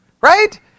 Right